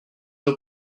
nos